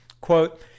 Quote